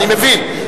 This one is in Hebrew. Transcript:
אני מבין.